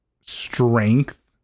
strength